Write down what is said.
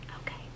Okay